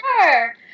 Sure